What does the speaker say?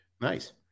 Nice